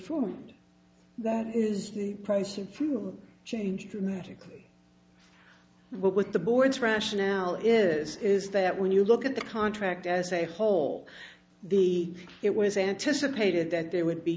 ed that is the price of fuel change dramatically what with the board's rationale is is that when you look at the contract as a whole the it was anticipated that there would be